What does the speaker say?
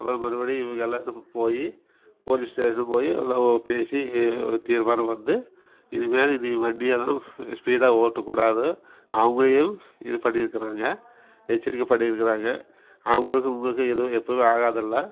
அப்புறம் மறுபடியும் இவங்க எல்லாத்துக்கும் போய் போலீஸ் ஸ்டேஷன் போய் எல்லாம் பேசி தீர்மானம் வந்து இனிமேல் நீ வண்டியெல்லாம் ஸ் ஸ்பீடாக ஓட்டக் கூடாது அவர்களையும் இது பண்ணியிருக்குறாங்க எச்சரிக்கை பண்ணியிருக்குறாங்க அவங்களுக்கும் உங்களுக்கும் எதுவும் எப்போவுமே ஆகாதில்ல